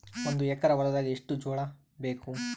ಒಂದು ಎಕರ ಹೊಲದಾಗ ಎಷ್ಟು ಜೋಳಾಬೇಕು?